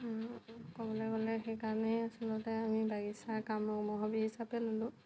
ক'বলৈ গ'লে সেইকাৰণেই আচলতে আমি বাগিচাৰ কামক মই হবী হিচাপে ল'লোঁ